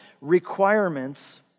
requirements